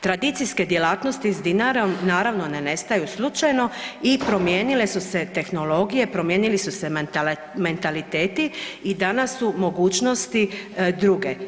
Tradicijske djelatnosti s Dinarom naravno ne nestaju slučajno i promijenile su se tehnologije, promijenili su se mentaliteti i danas su mogućnosti druge.